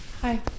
Hi